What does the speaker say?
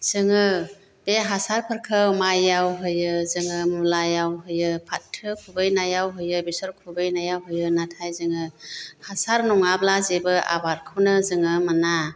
जोङो बे हासारफोरखौ माइयाव होयो जोङो मुलायाव होयो फाथो खुबैनायाव होयो बेसर खुबैनायाव होयो नाथाइ जोङो हासार नङाब्ला जेबो आबादखौनो जोङो मोना